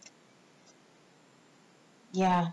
ya